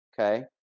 okay